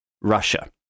Russia